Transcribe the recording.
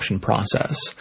Process